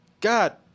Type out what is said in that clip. God